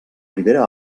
ribera